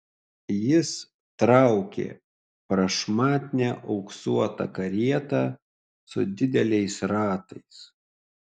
jis traukė prašmatnią auksuotą karietą su dideliais ratais